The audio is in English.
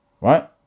Right